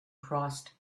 crossed